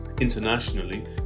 Internationally